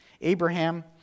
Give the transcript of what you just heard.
Abraham